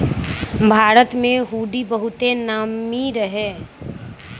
भारत में हुंडी बहुते नामी रहै